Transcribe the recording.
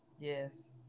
Yes